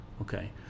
Okay